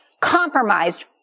compromised